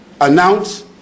announce